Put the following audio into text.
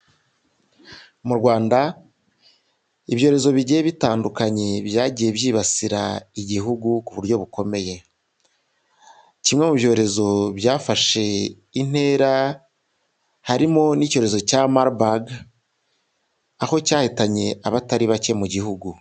Mu Rwanda ibyorezo bigiye bitandukanye, byagiye byibasira igihugu ku buryo bukomeye. Kimwe mu byorezo byafashe intera, harimo n'icyorezo cya Marburg aho cyahitanye abatari bake mu gihugu.